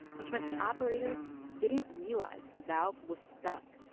which meant the operators didn't realize the valve was stuck.